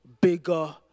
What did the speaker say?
bigger